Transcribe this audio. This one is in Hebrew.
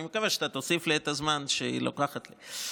אני מקווה שתוסיף לי את הזמן שהיא לוקחת לי.